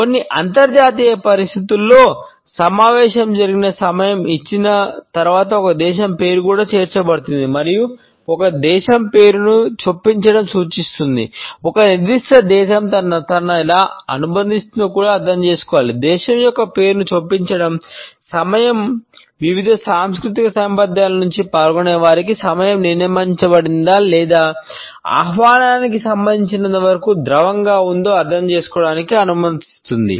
కొన్ని అంతర్జాతీయ పరిస్థితులలో సమావేశం జరిగిన సమయం ఇచ్చిన తరువాత ఒక దేశం పేరు కూడా చేర్చబడుతుంది మరియు ఒక దేశం పేరును చొప్పించడం సూచిస్తుంది ఒక నిర్దిష్ట దేశం తనను తాను ఎలా అనుబంధిస్తుందో కూడా అర్థం చేసుకోవాలి దేశం యొక్క పేరును చొప్పించడం సమయం వివిధ సాంస్కృతిక నేపథ్యాల నుండి పాల్గొనేవారికి సమయం నిర్ణయించబడిందా లేదా ఆహ్వానానికి సంబంధించినంతవరకు ద్రవంగా ఉందో అర్థం చేసుకోవడానికి అనుమతిస్తుంది